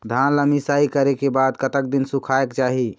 धान ला मिसाई करे के बाद कतक दिन सुखायेक चाही?